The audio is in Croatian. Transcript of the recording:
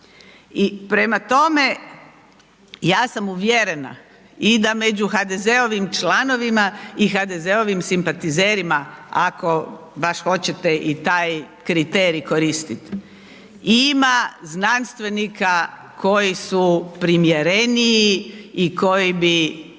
prema tome ja sam uvjerena i da među HDZ-ovim članovima i HDZ-ovim simpatizerima ako baš hoćete i taj kriterij koristit, ima znanstvenika koji su primjereniji i koji bi